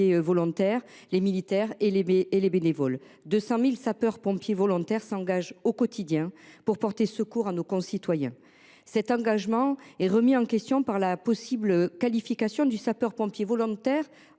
volontaires, les militaires et les bénévoles. Environ 200 000 sapeurs pompiers volontaires s’engagent au quotidien pour porter secours à nos concitoyens. Cet engagement est remis en question par la possible qualification en travailleur du sapeur pompier volontaire.